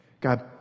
God